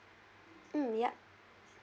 mm yup